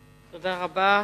תודה רבה.